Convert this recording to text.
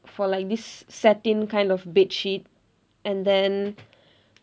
for like this satin kind of bed sheet and then